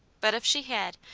but if she had,